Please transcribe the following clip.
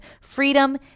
freedom